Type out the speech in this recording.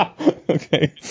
Okay